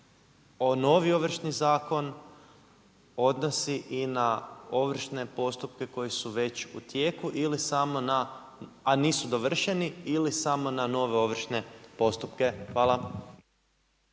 se novi ovršni zakon odnosi na ovršne postupke koji su već u tijeku, a nisu dovršeni ili samo na nove ovršne postupke. Hvala.